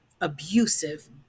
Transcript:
abusive